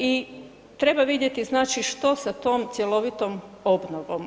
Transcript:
I treba vidjeti znači što sa tom cjelovitom obnovom.